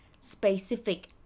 specific